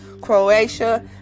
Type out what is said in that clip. Croatia